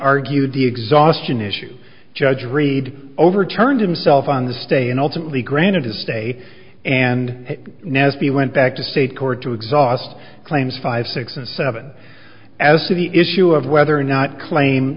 argued the exhaustion issue judge reed overturned himself on the stay and ultimately granted his stay and now as the went back to state court to exhaust claims five six and seven as to the issue of whether or not claim